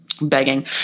Begging